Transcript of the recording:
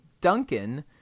Duncan